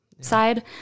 side